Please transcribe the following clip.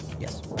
Yes